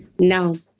no